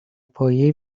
پایه